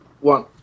one